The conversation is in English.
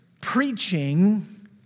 preaching